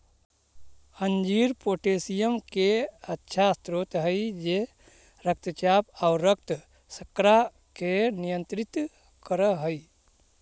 अंजीर पोटेशियम के अच्छा स्रोत हई जे रक्तचाप आउ रक्त शर्करा के नियंत्रित कर हई